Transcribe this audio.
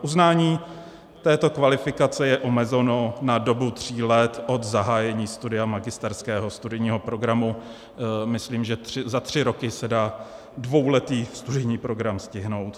Uznání této kvalifikace je omezeno na dobu tří let od zahájení studia magisterského studijního programu, myslím, že za tři roky se dá dvouletý studijní program stihnout.